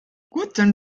guten